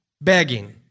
begging